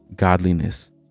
godliness